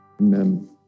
Amen